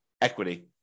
equity